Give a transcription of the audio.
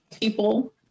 people